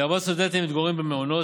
לרבות סטודנטים המתגוררים במעונות,